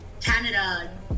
Canada